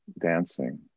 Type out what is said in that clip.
dancing